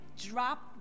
drop